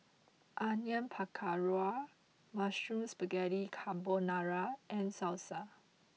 Onion Pakora Mushroom Spaghetti Carbonara and Salsa